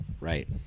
Right